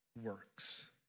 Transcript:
works